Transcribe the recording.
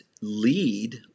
lead